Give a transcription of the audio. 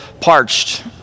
parched